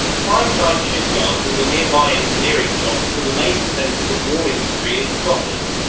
clydeside shipyards and the nearby engineering shops were the major centers of war industry in scotland.